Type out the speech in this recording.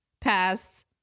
pass